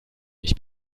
mich